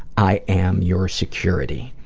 i am your security.